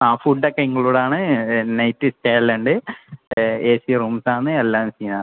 ആ ഫുഡ്ഡ് ഒക്കെ ഇൻക്ലൂഡ് ആണ് നൈറ്റ് സ്റ്റേ എല്ലാം ഉണ്ട് എസി റൂംസാന്ന് എല്ലാം സീനാ